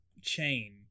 chain